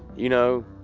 you know?